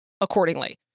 accordingly